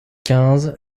quinze